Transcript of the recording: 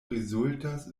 rezultas